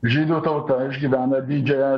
žydų tauta išgyvena didžiąją